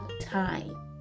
time